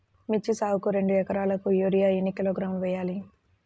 మిర్చి సాగుకు రెండు ఏకరాలకు యూరియా ఏన్ని కిలోగ్రాములు వేయాలి?